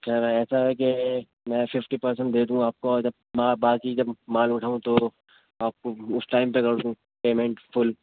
اچھا ایسا ہے کہ میں ففٹی پرسینٹ دے دوں آپ کو اور جب باقی جب مال اٹھاؤں تو آپ کو اس ٹائم پہ کر دوں پیمنٹ فل